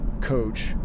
coach